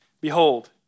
Behold